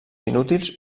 inútils